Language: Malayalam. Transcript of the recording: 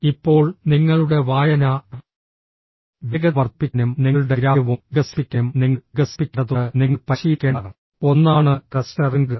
ഇപ്പോൾ നിങ്ങളുടെ വായനാ വേഗത വർദ്ധിപ്പിക്കാനും നിങ്ങളുടെ ഗ്രാഹ്യവും വികസിപ്പിക്കാനും നിങ്ങൾ വികസിപ്പിക്കേണ്ടതുണ്ട് നിങ്ങൾ പരിശീലിക്കേണ്ട ഒന്നാണ് ക്ലസ്റ്ററിംഗ്